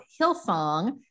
Hillsong